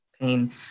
pain